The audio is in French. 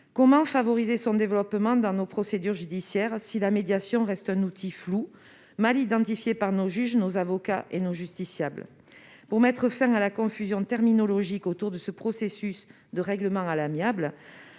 Comment favoriser son développement dans nos procédures judiciaires si la médiation reste un outil flou, mal identifié par nos juges, nos avocats et nos justiciables ? Pour mettre fin à la confusion terminologique autour de ce processus de règlement à l'amiable,